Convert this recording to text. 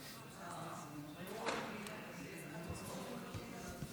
כוחה על מנת לאיים על ממשלה נבחרת ולשתק